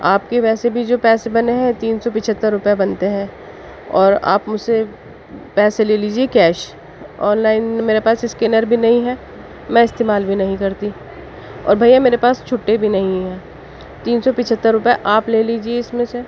آپ کی ویسے بھی جو پیسے بنے ہیں تین سو پچہتر روپے بنتے ہیں اور آپ مجھ سے پیسے لے لیجیے کیش آن لائن میرے پاس اسکینر بھی نہیں ہے میں استعمال بھی نہیں کرتی اور بھیا میرے پاس چھٹے بھی نہیں ہیں تین سو پچہتر روپے آپ لے لیجیے اس میں سے